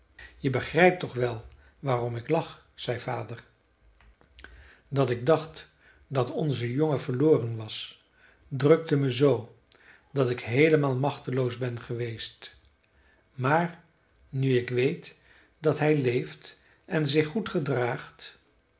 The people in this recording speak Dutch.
je begrijpt toch wel waarom ik lach zei vader dat ik dacht dat onze jongen verloren was drukte me zoo dat ik heelemaal machteloos ben geweest maar nu ik weet dat hij leeft en zich goed gedraagt